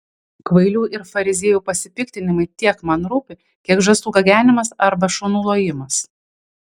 kvailių ir fariziejų pasipiktinimai tiek man rūpi kiek žąsų gagenimas arba šunų lojimas